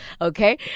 Okay